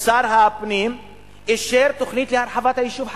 שר הפנים אישר תוכנית להרחבת היישוב חריש,